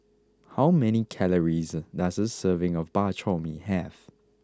how many calories does a serving of Bak Chor Mee have